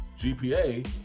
GPA